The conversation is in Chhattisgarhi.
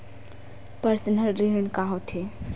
पर्सनल ऋण का होथे?